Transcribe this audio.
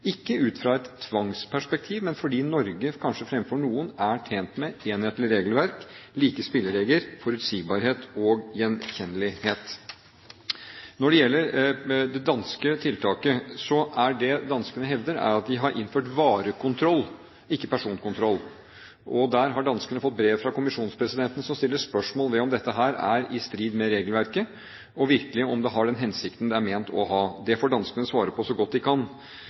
ikke ut fra et tvangsperspektiv, men fordi Norge, kanskje fremfor noen, er tjent med enhetlig regelverk, like spilleregler, forutsigbarhet og gjenkjennelighet. Når det gjelder det danske tiltaket, er det danskene hevder, at de har innført varekontroll, ikke personkontroll. Danskene har fått brev fra kommisjonspresidenten, som stiller spørsmål ved om dette er i strid med regelverket, og om det virkelig har den hensikten det er ment å ha. Det får danskene svare på så godt de kan.